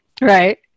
Right